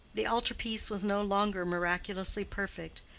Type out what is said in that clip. the altarpiece was no longer miraculously perfect,